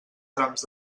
trams